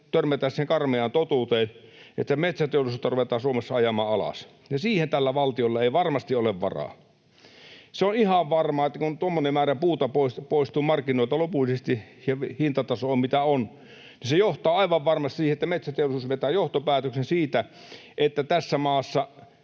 törmätä siihen karmeaan totuuteen, että metsäteollisuutta ruvetaan Suomessa ajamaan alas. Ja siihen tällä valtiolla ei varmasti ole varaa. Se on ihan varmaa, että kun tuommoinen määrä puuta poistuu markkinoilta lopullisesti ja hintataso on mitä on, se johtaa aivan varmasti siihen, että metsäteollisuus vetää sen johtopäätöksen, että tässä maassa